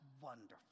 wonderful